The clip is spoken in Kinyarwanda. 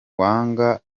wanga